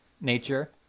nature